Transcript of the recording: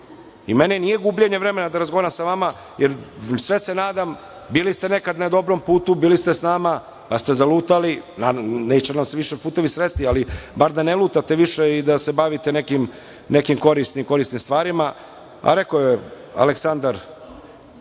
meni nije gubljenje vremena da razgovaram sa vama, jer sve se nadam, bili ste nekada na dobrom putu, bili ste sa nama, pa ste zalutali, neće nam se više putevi sresti, ali bar da ne lutate više i da se bavite nekim korisnim stvarima. Rekao je Aleksandar